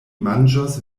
manĝos